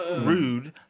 Rude